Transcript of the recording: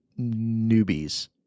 newbies